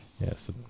Yes